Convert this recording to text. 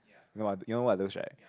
you know you know what are those right